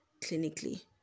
clinically